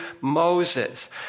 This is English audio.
Moses